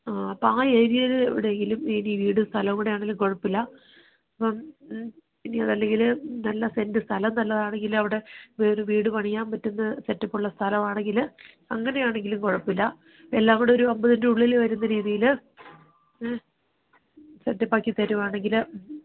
ആ അപ്പോൾ ആ ഏരിയയിൽ എവിടെയെങ്കിലും ഈ വീടും സ്ഥലവും കൂടെ ആണെലും കുഴപ്പമില്ല ആ ഇനി അതല്ലെങ്കിൽ നല്ല സെൻറ് സ്ഥലം നല്ലത് ആണെങ്കിൽ അവിടെ ഒരു വീട് പണിയാൻ പറ്റുന്ന സെറ്റപ്പുള്ള സ്ഥലവും ആണെങ്കിൽ അങ്ങനെ ആണെങ്കിലും കുഴപ്പമില്ല എല്ലാം കൂടെ ഒരു അൻപതിൻ്റെ ഉള്ളിൽ വരുന്ന രീതിയിൽ സെറ്റപ്പാക്കി തരുക ആണെങ്കിൽ